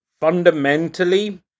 fundamentally